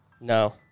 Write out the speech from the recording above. No